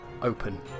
open